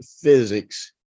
physics